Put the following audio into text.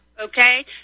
Okay